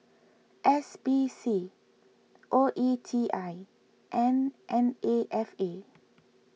S P C O E T I and N A F A